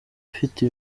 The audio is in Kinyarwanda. ufite